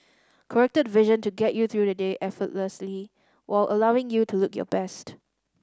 corrected vision to get you through the day effortlessly while allowing you to look your best